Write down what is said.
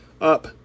Up